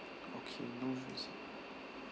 okay no reasons